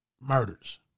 murders